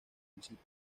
visita